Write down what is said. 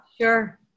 Sure